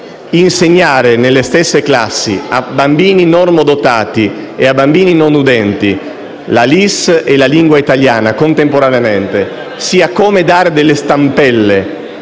insegnare nelle stesse classi, a bambini normodotati e a bambini non udenti, la LIS e la lingua italiana, contemporaneamente, sia come dare delle stampelle